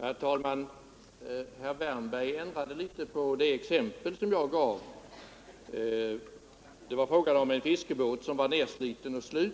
Herr talman! Herr Wärnberg har ändrat litet på det exempel som jag anförde. Det var fråga om en nedsliten fiskebåt. Om ägaren till denna önskar